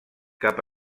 cap